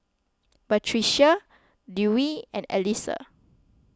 Batrisya Dewi and Alyssa